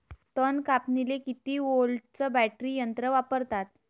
तन कापनीले किती व्होल्टचं बॅटरी यंत्र वापरतात?